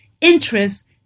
interest